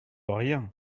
rien